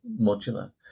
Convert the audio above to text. modular